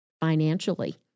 financially